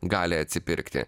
gali atsipirkti